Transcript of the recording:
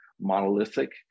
monolithic